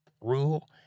Rule